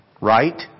Right